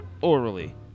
orally